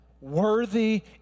worthy